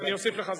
אני אוסיף לך זמן.